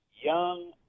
Young